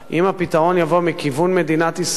אם הפתרון יבוא מכיוון מדינת ישראל,